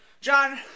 john